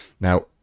now